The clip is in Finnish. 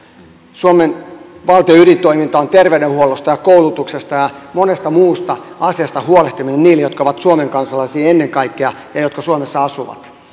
suomen valtion ydintoimintaa on terveydenhuollosta ja koulutuksesta ja monesta muusta asiasta huolehtiminen ennen kaikkea heille jotka ovat suomen kansalaisia ja jotka suomessa asuvat